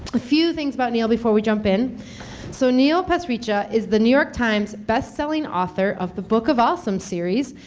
a few things about neil before we jump in so neil pasricha is the new york times bestselling author of the book of awesome series,